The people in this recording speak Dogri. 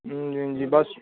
जी जी बस